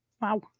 Wow